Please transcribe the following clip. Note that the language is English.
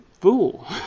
fool